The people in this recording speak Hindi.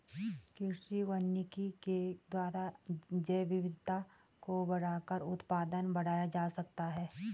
कृषि वानिकी के द्वारा जैवविविधता को बढ़ाकर उत्पादन बढ़ाया जा सकता है